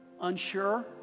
unsure